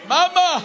Mama